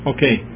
Okay